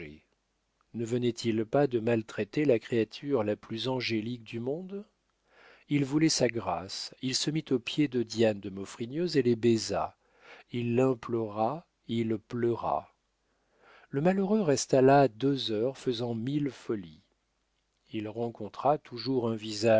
ne venait-il pas de maltraiter la créature la plus angélique du monde il voulait sa grâce il se mit aux pieds de diane de maufrigneuse et les baisa il l'implora il pleura le malheureux resta là deux heures faisant mille folies il rencontra toujours un visage